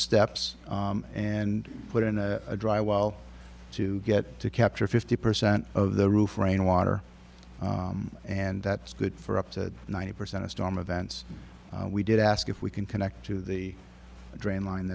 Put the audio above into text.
steps and put in a dry while to get to capture fifty percent of the roof rainwater and that's good for up to ninety percent of storm events we did ask if we can connect to the drain line